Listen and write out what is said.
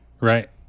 right